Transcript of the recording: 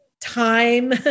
time